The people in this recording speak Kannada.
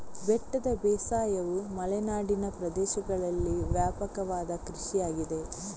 ಬೆಟ್ಟದ ಬೇಸಾಯವು ಮಲೆನಾಡಿನ ಪ್ರದೇಶಗಳಲ್ಲಿ ವ್ಯಾಪಕವಾದ ಕೃಷಿಯಾಗಿದೆ